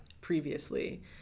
previously